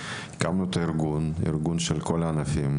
הקמנו את הארגון, והוא ארגון של כל הענפים.